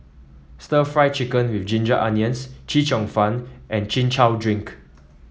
Stir Fried Chicken with Ginger Onions Chee Cheong Fun and Chin Chow Drink